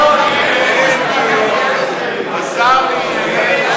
השר לענייני ירושלים נכנס.